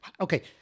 okay